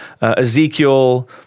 Ezekiel